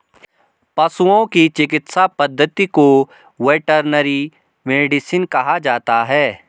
पशुओं की चिकित्सा पद्धति को वेटरनरी मेडिसिन कहा जाता है